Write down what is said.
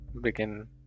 begin